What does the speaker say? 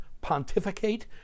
pontificate